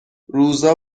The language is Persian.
روزا